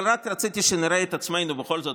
אבל רק רציתי שנראה שבכל זאת,